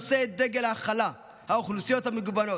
אתה נושא את דגל ההכלה, האוכלוסיות המגוונות.